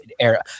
era